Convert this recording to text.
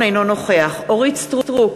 אינו נוכח אורית סטרוק,